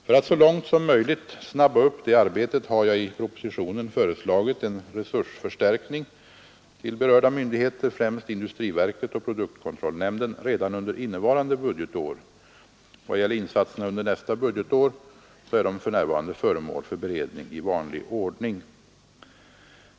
För att så långt möjligt snabba upp detta arbete har jag i propositionen föreslagit en resursförstärkning till berörda myndigheter — främst industriverket och produktkontrollnämnden — redan under innevarande budgetår. Vad gäller insatserna under nästa budgetår är dessa för närvarande föremål för beredning i vanlig ordning.